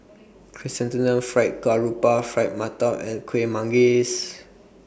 Chrysanthemum Fried Garoupa Fried mantou and Kueh Manggis